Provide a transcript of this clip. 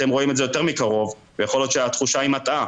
אתם רואים את זה יותר מקורב ויכול להיות שהתחושה היא מטעה,